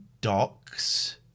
docs